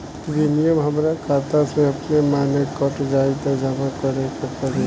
Premium हमरा खाता से अपने माने कट जाई की जमा करे के पड़ी?